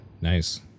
Nice